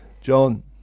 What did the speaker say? John